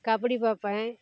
கபடி பார்ப்பேன்